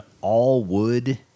all-wood